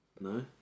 no